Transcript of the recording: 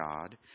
God